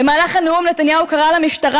במהלך הנאום נתניהו קרא למשטרה,